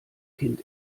kind